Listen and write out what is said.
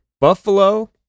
Buffalo